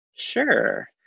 Sure